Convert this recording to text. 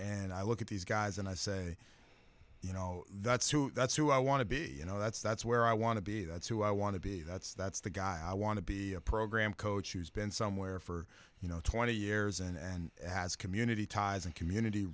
and i look at these guys and i say you know that's who that's who i want to be no that's that's where i want to be that's who i want to be that's that's the guy i want to be a program coach who's been somewhere for you know twenty years and has community ties and community